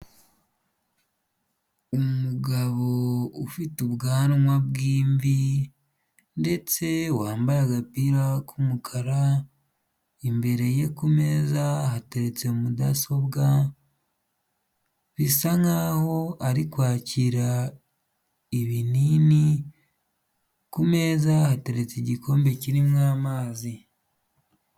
Imugabo ufite ubwanwa bw'imvi ndetse wambaye agapira k'umukara, imbere ye kumeza hateretse mudasobwa, bisa nkaho ari kwakira ibinini, ku meza hateretse igikombe kirimo amazi.